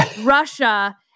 russia